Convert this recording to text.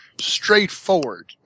straightforward